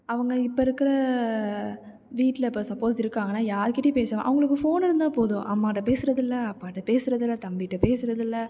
அவங்க இப்போ இருக்கிற வீட்டில் இப்போ சப்போஸ் இருக்கிறாங்கன்னா யாருக்கிட்டேயும் பேசாமல் அவங்களுக்கு ஃபோன் இருந்தால் போதும் அம்மாட்ட பேசுறதில்ல அப்பாட்ட பேசுறதில்ல தம்பிட்ட பேசுறதில்ல